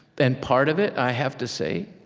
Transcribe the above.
and part of it, i have to say